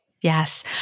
Yes